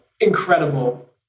incredible